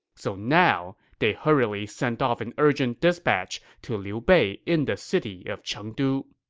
so now, they hurriedly sent off an urgent dispatch to liu bei in the city of chengdu